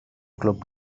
glwb